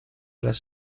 las